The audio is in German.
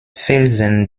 felsen